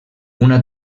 una